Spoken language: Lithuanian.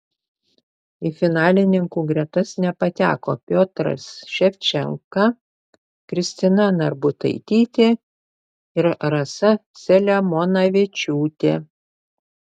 į finalininkų gretas nepateko piotras ševčenka kristina narbutaitytė ir rasa selemonavičiūtė